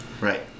Right